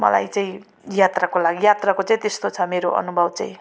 मलाई चाहिँ यात्राको लागि यात्राको चाहिँ त्यस्तो छ मेरो अनुभव चाहिँ